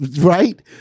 right